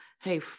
hey